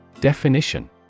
Definition